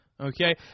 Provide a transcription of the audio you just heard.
Okay